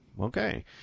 okay